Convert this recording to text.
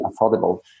affordable